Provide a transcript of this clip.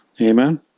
Amen